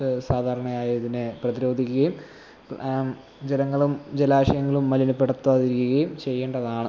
സാധാരണയായി ഇതിനെ പ്രതിരോധിക്കയും ജലങ്ങളും ജലാശയങ്ങളും മലിനപ്പെടുത്താതിരിക്കുകയും ചെയ്യേണ്ടതാണ്